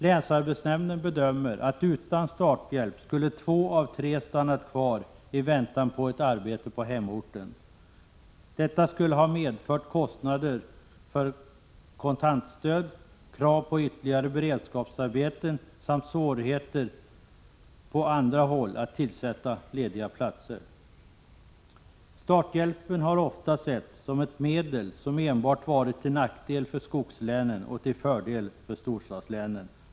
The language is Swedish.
Länsarbetsnämnden bedömer att utan starthjälp skulle två av tre stannat kvar i väntan på ett arbete på hemorten. Detta skulle ha medfört kostnader för kontantstöd, krav på ytterligare beredskapsarbeten samt svårigheter på andra håll att tillsätta lediga platser. Starthjälpen har ofta setts som ett medel som enbart varit till nackdel för skogslänen och till fördel för storstadslänen.